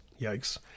yikes